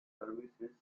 services